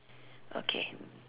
okay